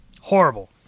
Horrible